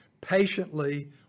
Patiently